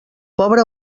pobre